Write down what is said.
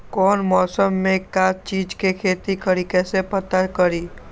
कौन मौसम में का चीज़ के खेती करी कईसे पता करी?